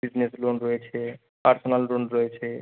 business loan রয়েছে personal loan রয়েছে